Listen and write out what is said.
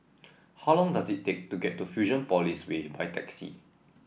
how long does it take to get to Fusionopolis Way by taxi